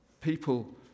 People